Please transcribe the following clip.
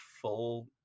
full